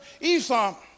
Esau